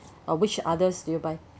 oh which others do you buy